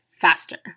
faster